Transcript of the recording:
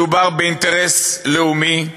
מדובר באינטרס לאומי,